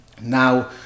now